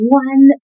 one